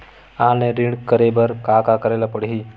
Online ऋण करे बर का करे ल पड़हि?